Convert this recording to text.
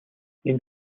энэ